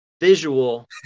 visual